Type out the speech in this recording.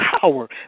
power